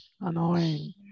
annoying